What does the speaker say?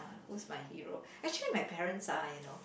who's my hero actually my parents are you know